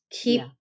keep